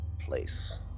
place